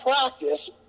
practice